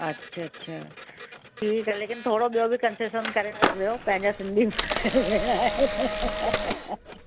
अच्छा अच्छा ठीकु आहे लेकिनि थोरो ॿियो बि कंसेसन करे रखिजो पंहिंजा सिंधी भेण आहियो